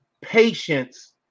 patience